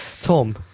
tom